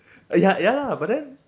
ya ya lah but then